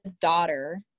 daughter